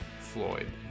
Floyd